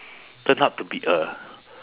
turn out to be a